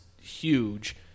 huge